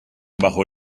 bajo